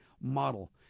model